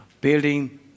Building